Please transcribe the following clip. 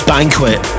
Banquet